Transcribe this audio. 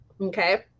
okay